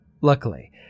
Luckily